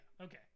okay